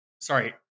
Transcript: Sorry